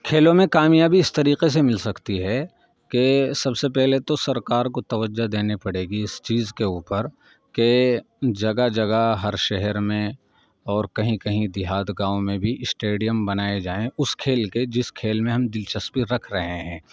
کھیلوں میں کامیابی اس طریقے سے مل سکتی ہے کہ سب سے پہلے تو سرکار کو توجہ دینی پڑے گی اس چیز کے اوپر کہ جگہ جگہ ہر شہر میں اور کہیں کہیں دیہات گاؤں میں بھی اسٹیڈیم بنائے جائیں اس کھیل کے جس کھیل میں ہم دلچسپی رکھ رہے ہیں